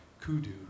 Kudu